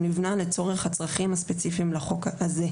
הוא ניבנה לצורך הצרכים הספציפיים לחוק הזה.